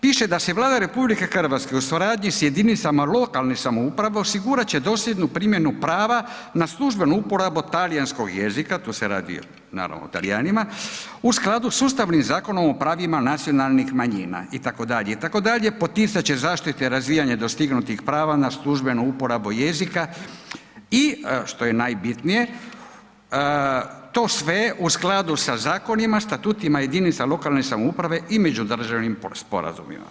Piše da se Vlada RH u suradnji s jedinicama lokalne samouprave osigurat će dosljednu primjenu prava na službenu uporabu talijanskog jezika, tu se radi naravno o Talijanima, u skladu s Ustavnim zakonom o pravima nacionalnih manjina itd., itd., poticat će zaštite razvijanja dostignutih prava na službenu uporabu jezika i što je najbitnije, to sve u skladu sa zakonima, statutima jedinica lokalne samouprave i međudržavnim sporazumima.